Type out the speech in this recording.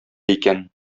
икән